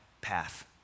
path